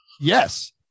yes